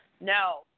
No